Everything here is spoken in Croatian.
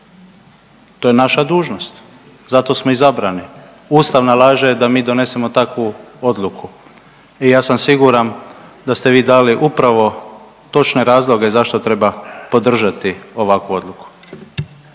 To je naša dužnost, zato smo izabrani. Ustav nalaže da mi donesemo takvu odluku i ja sam siguran da ste vi dali upravo točne razloge zašto treba podržati ovakvu odluku.